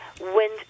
wind